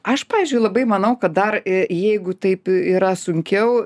aš pavyzdžiui labai manau kad dar jeigu taip yra sunkiau